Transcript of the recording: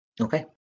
Okay